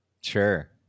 Sure